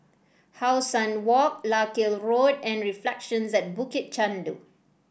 How Sun Walk Larkhill Road and Reflections at Bukit Chandu